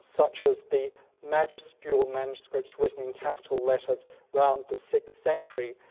such as the magis scule manuscripts written in capital letters around the sixth century,